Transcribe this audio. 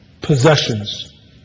possessions